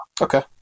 Okay